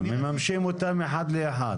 מממשים אותן אחת לאחת.